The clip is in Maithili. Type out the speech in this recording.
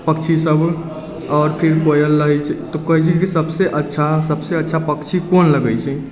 पक्षी सब आओर फिर कोयल रहै छै तऽ कहै छै कि सबसँ अच्छा सबसँ अच्छा पक्षी कोन लगै छै